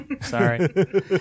sorry